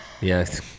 Yes